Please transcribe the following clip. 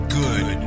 good